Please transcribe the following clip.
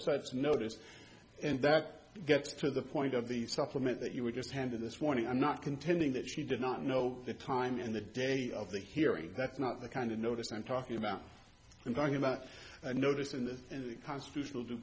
starts notice and that gets to the point of the supplement that you were just handed this morning i'm not contending that she did not know the time and the date of the hearing that's not the kind of notice i'm talking about i'm talking about a notice in the constitutional due